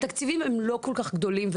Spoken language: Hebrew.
התקציבים לא כל כך גדולים,